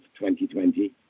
2020